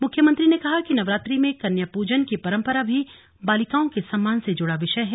मुख्यमंत्री ने कहा कि नवरात्रि में कन्या पूजन की परम्परा भी बालिकाओं के सम्मान से जुड़ा विषय है